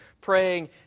Praying